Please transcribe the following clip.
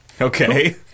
okay